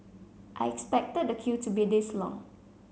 I expected the queue to be this long